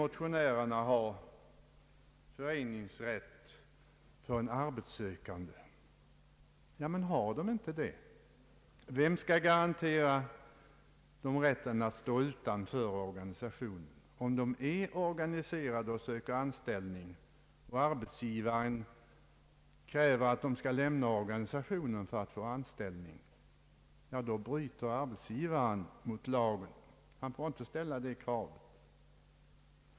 Motionärerna vill ha föreningsrättsskydd även för arbetssökande. Men finns inte det? Vem skall garantera rätten att stå utanför organisationen? Om man är organiserad och söker anställning, och arbetsgivaren kräver att man skall lämna organisationen för att få anställningen, bryter arbetsgivaren mot lagen. Han får inte ställa det kravet.